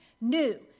new